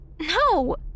No